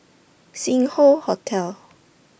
Sing Hoe Hotel